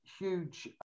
huge